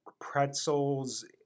pretzels